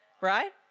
Right